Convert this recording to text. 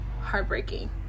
heartbreaking